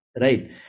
Right